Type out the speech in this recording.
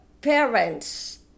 parents